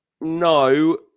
no